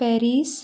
Paris